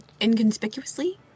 Inconspicuously